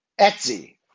Etsy